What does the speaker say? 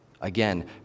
Again